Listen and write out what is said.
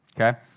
okay